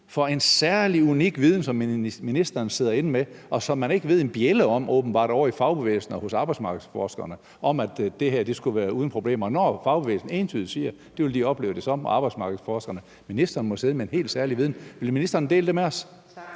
for en særlig, unik viden, som ministeren sidder inde med, og som man åbenbart ikke ved en bjælde om ovre i fagbevægelsen og hos arbejdsmarkedsforskerne, om, at det her skulle være uden problemer, når fagbevægelsen og arbejdsmarkedsforskerne entydigt siger, at det vil de opleve det som? Ministeren må sidde med en helt særlig viden. Vil ministeren dele det med os? Kl.